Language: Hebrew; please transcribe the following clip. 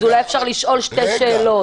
אפשר לשאול שתי שאלות?